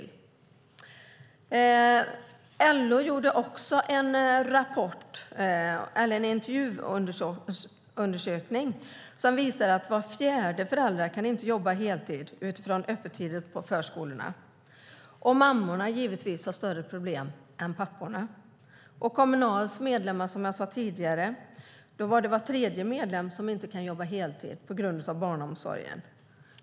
LO har gjort en intervjuundersökning som visar att var fjärde förälder inte kan jobba heltid utifrån förskolornas öppettider. Mammorna har givetvis större problem än papporna. Var tredje medlem inom Kommunal kan inte jobba heltid på grund av barnomsorgen.